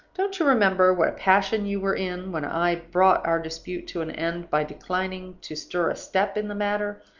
don't you remember what a passion you were in when i brought our dispute to an end by declining to stir a step in the matter,